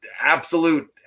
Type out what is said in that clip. absolute